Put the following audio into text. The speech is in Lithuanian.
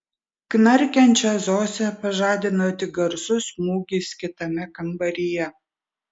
knarkiančią zosę pažadino tik garsus smūgis kitame kambaryje